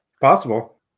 Possible